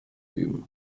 üben